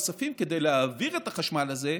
נוספים כדי להעביר את החשמל הזה למרכז,